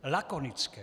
Lakonické.